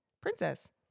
Princess